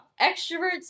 extroverts